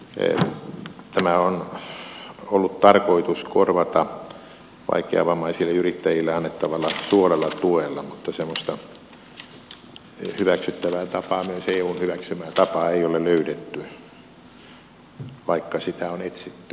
tämä on ollut tarkoitus korvata vaikeavammaisille yrittäjille annettavalla suoralla tuella mutta semmoista hyväksyttävää tapaa myös eun hyväksymää tapaa ei ole löydetty vaikka sitä on etsitty